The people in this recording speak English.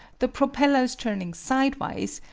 the propellers turning sidewise,